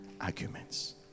arguments